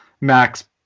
Max